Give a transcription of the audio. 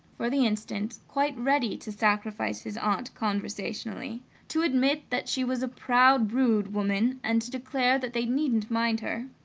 for the instant, quite ready to sacrifice his aunt, conversationally to admit that she was a proud, rude woman, and to declare that they needn't mind her.